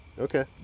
Okay